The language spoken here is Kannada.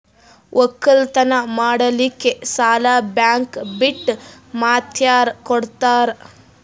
ಒಕ್ಕಲತನ ಮಾಡಲಿಕ್ಕಿ ಸಾಲಾ ಬ್ಯಾಂಕ ಬಿಟ್ಟ ಮಾತ್ಯಾರ ಕೊಡತಾರ?